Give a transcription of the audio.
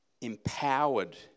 empowered